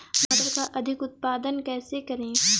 मटर का अधिक उत्पादन कैसे करें?